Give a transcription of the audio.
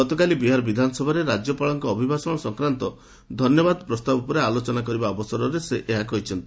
ଗତକାଲି ବିହାର ବିଧାନସଭାରେ ରାଜ୍ୟପାଳଙ୍କ ଅଭିଭାଷଣ ସଂକ୍ରାନ୍ତ ଧନ୍ୟବାଦ ପ୍ରସ୍ତାବ ଉପରେ ଆଲୋଚନା କରିବା ଅବସରରେ ସେ ଏହା କହିଛନ୍ତି